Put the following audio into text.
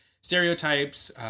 stereotypes